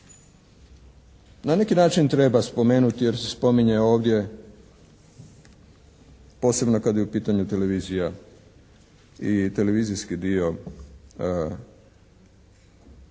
na neki način treba spomenuti jer se spominje ovdje posebno kada je u pitanju televizija i televizijski dio